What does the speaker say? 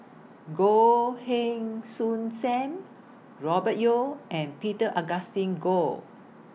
Goh Heng Soon SAM Robert Yeo and Peter Augustine Goh